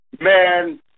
man